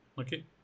Okay